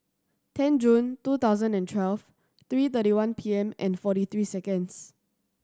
ten June two thousand and twelve three thirty one P M and forty three seconds